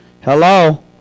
Hello